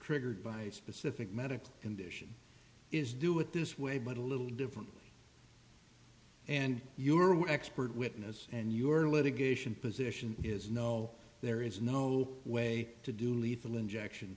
triggered by a specific medical condition is do it this way but a little different and you are expert witness and you are litigation position is no there is no way to do lethal injection